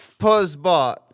Puzzbot